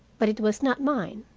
but it was not mine.